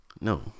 No